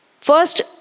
first